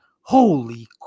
holy